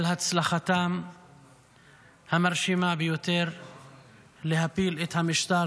על הצלחתם המרשימה ביותר בהפלת המשטר